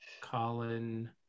Colin